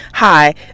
Hi